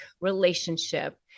relationship